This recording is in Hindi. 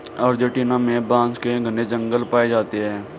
अर्जेंटीना में बांस के घने जंगल पाए जाते हैं